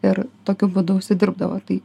ir tokiu būdu užsidirbdavo tai